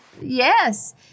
Yes